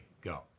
go